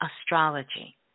astrology